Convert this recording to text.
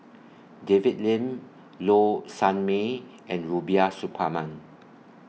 David Lim Low Sanmay and Rubiah Suparman